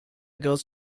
goes